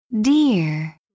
Dear